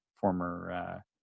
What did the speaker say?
former